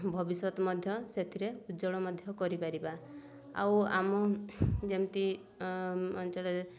ଭବିଷ୍ୟତ ମଧ୍ୟ ସେଥିରେ ଉଜ୍ଜ୍ୱଳ ମଧ୍ୟ କରିପାରିବା ଆଉ ଆମ ଯେମିତି ଅଞ୍ଚଳରେ